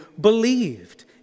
believed